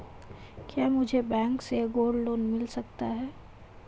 क्या मुझे बैंक से गोल्ड लोंन मिल सकता है?